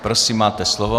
Prosím, máte slovo.